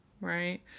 Right